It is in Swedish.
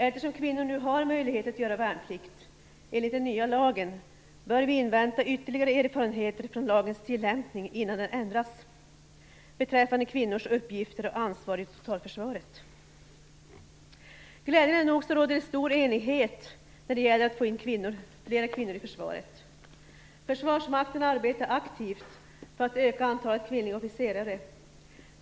Eftersom kvinnor nu har möjlighet att göra värnplikt enligt den nya lagen, bör vi invänta ytterligare erfarenheter från lagens tillämpning innan den ändras beträffande kvinnors uppgifter och ansvar i totalförsvaret. Det råder glädjande nog stor enighet när det gäller att få fler kvinnor in i försvaret. Försvarsmakten arbetar aktivt för att öka antalet kvinnliga officerare.